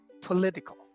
political